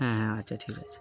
হ্যাঁ হ্যাঁ আচ্ছা ঠিক আছে